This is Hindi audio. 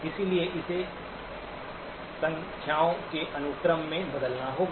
इसलिए इसे संख्याओं के अनुक्रम में बदलना होगा